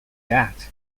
that